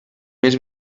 més